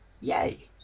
Yay